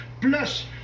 plus